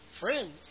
friends